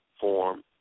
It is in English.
form